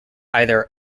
either